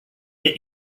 yet